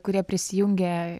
kurie prisijungia